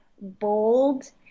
bold